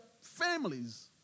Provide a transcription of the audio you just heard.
families